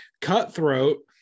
Cutthroat